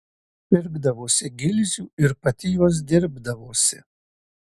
pirkdavosi gilzių ir pati juos dirbdavosi